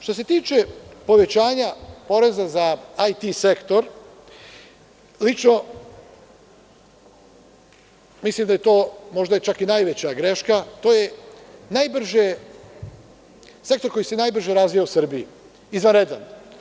Što se tiče povećanja poreza za IT sektor, lično mislim da je to možda čak i najveća greška, to je sektor koji se najbrže razvija u Srbiji, izvanredan.